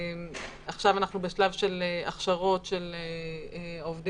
עכשיו אנחנו בשלב של הכשרות של העובדים